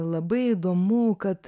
labai įdomu kad